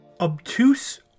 Obtuse